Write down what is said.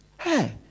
hey